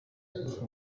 nk’uko